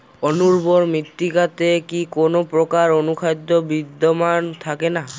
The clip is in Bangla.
অনুর্বর মৃত্তিকাতে কি কোনো প্রকার অনুখাদ্য বিদ্যমান থাকে না?